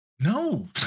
No